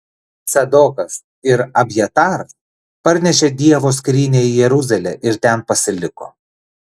cadokas ir abjataras parnešė dievo skrynią į jeruzalę ir ten pasiliko